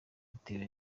bitewe